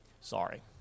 Sorry